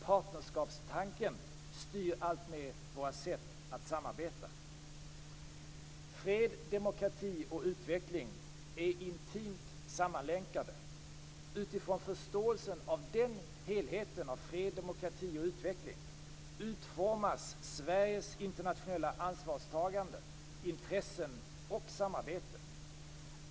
Partnerskapstanken styr alltmer våra sätt att samarbeta. Fred, demokrati och utveckling är intimt sammanlänkade. Utifrån förståelsen av den helheten, av fred, demokrati och utveckling, utformas Sveriges internationella ansvarstagande, intressen och samarbete.